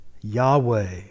Yahweh